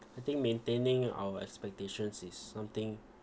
I think maintaining our expectations is something